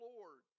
Lord